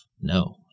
no